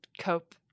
cope